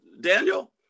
Daniel